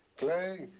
clay,